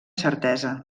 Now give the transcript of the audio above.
certesa